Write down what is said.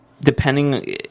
depending